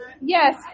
Yes